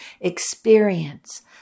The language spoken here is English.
Experience